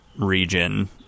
region